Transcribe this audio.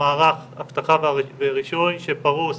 מערך האבטחה והרישוי שפרוס